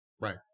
Right